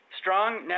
Strong